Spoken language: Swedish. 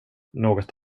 något